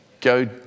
go